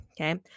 okay